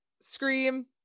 scream